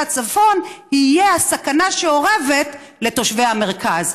הצפון תהיה הסכנה שאורבת לתושבי המרכז.